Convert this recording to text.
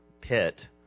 pit